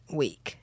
week